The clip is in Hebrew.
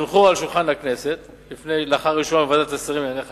יונחו על שולחן הכנסת לאחר אישורן בוועדת שרים לענייני חקיקה.